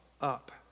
up